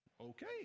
okay